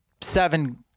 seven